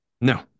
no